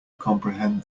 comprehend